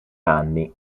anni